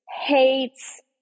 hates